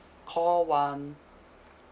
call one